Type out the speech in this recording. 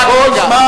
רק רגע.